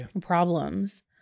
problems